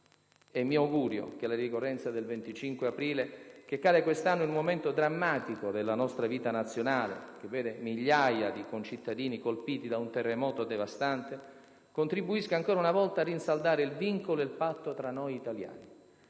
È mio augurio che la ricorrenza del 25 aprile, che cade quest'anno in un momento drammatico della nostra vita nazionale che vede migliaia di concittadini colpiti da un terremoto devastante, contribuisca ancora una volta a rinsaldare il vincolo e il patto fra noi italiani.